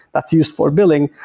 that's used for billing.